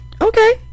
Okay